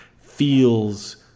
feels